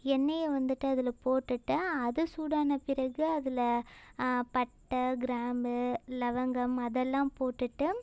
எண்ணெயை வந்துட்டு அதில் போட்டுட்டால் அது சூடான பிறகு அதில் பட்டை கிராம்பு லவங்கம் அதெல்லாம் போட்டுட்டு